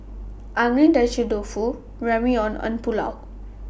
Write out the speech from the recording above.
Dofu Ramyeon and Pulao